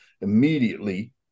immediately